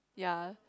yea